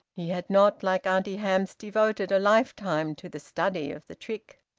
he had not, like auntie hamps, devoted a lifetime to the study of the trick.